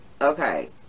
okay